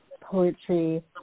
poetry